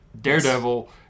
daredevil